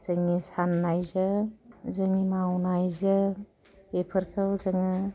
जोंनि सान्नायजों जोंनि मावनायजों बेफोरखौ जोङो